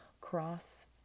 cross